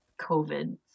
COVID